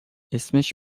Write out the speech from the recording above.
اسمش